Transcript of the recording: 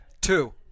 Two